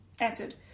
answered